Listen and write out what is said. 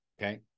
okay